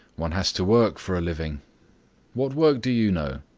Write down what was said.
one has to work for a living what work do you know?